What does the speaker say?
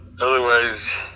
Otherwise